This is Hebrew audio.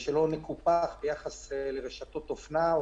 ושלא נקופח ביחס לרשתות אופנה,